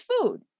food